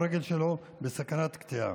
הרגל שלו בסכנת קטיעה.